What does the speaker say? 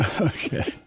Okay